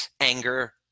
anger